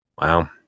Wow